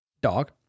dog